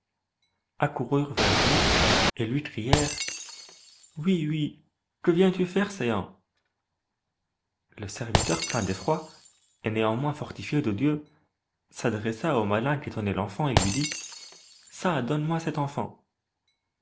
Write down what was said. accoururent vers lui et lui crièrent hui hui que viens tu faire céans le serviteur plein d'effroi et néanmoins fortifié de dieu s'adressa au malin qui tenait l'enfant et lui dit çà donne-moi cet enfant